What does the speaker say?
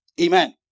Amen